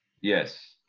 Yes